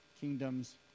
kingdoms